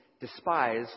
despise